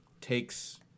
takes